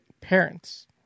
parents